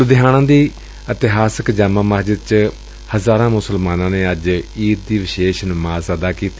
ਲੁਧਿਆਣਾ ਦੀ ਇਤਿਹਾਸਕ ਜਾਮਾ ਮਸਜਿਦ ਚ ਹਜ਼ਾਰਾਂ ਮੁਸਲਮਾਨਾਂ ਨੇ ਅੱਜ ਈਦ ਦੀ ਵਿਸ਼ੇਸ਼ ਨਮਾਜ਼ ਅਦਾ ਕੀਤੀ